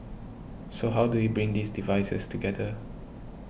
so how do you bring these devices together